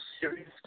serious